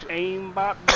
aimbot